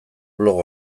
blog